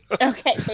Okay